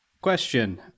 Question